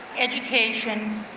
education,